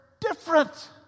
different